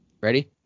Ready